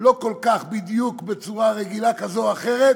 שלא כל כך בדיוק בצורה רגילה כזו או אחרת,